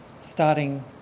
starting